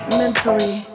mentally